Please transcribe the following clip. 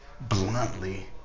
bluntly